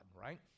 right